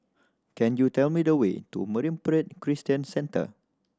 can you tell me the way to Marine Parade Christian Centre